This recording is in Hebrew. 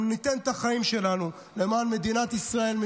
וניתן את החיים שלנו למען מדינת ישראל,